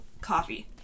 coffee